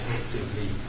actively